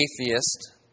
atheist